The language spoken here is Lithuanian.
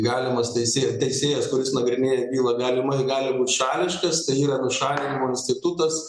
galimas teisėj teisėjas kuris nagrinėja bylą galimai gali būt šališkas tai yra nušalinimo institutas